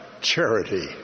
charity